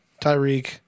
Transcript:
Tyreek